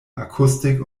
akustik